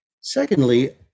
secondly